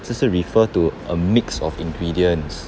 就是 refer to a mix of ingredients